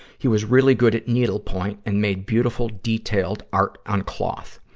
he was really good at needle point and made beautiful detailed art on cloth.